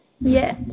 Yes